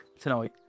tonight